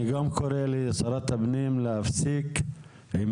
אני גם קורא לשרת הפנים להפסיק עם